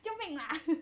救命啊